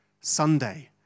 Sunday